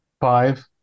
five